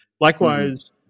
Likewise